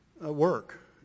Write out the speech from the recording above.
work